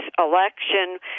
election